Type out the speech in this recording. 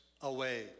away